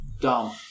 dumb